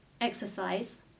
exercise